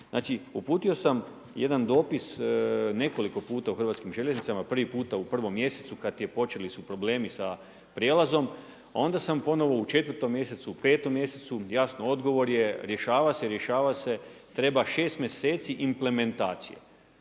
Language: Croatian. Znači, uputio sam jedan dopis nekoliko puta u Hrvatskim željeznicama, prvi puta u prvom mjesecu kad su počeli problemi sa prijelazom. Onda sam ponovno u četvrtom mjesecu, u petom mjesecu. Jasno odgovor je rješava se, rješava se, treba šest mjeseci implementacije.